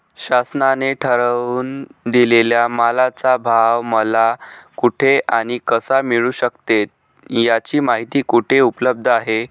शासनाने ठरवून दिलेल्या मालाचा भाव मला कुठे आणि कसा मिळू शकतो? याची माहिती कुठे उपलब्ध आहे?